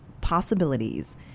possibilities